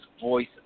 voice